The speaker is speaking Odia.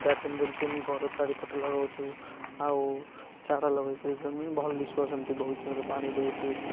ଗାର୍ଡ଼େନ୍ ଯେମିତି ମୁଁ ଘର ଚାରିପଟ ଲଗଉଛୁ ଆଉ ଚାରା ଲଗେଇକରି ଭଲ ଦିଶିବ ସେମିତି ବହୁତ ପାଣି ଦେଉଛି